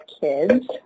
kids